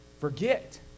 forget